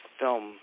film